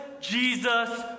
Jesus